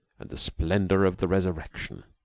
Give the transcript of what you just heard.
and the splendor of the resurrection